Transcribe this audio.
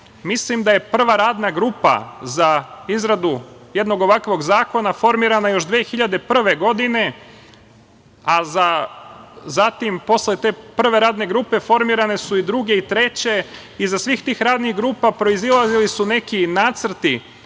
godina. Mislim da je prva radna grupa za izradu jednog ovakvog zakona formirana još 2001. godine, a zatim posle te prve radne grupe, formirane su i druge i treće i iz svih tih radnih grupa proizilazili su neki nacrti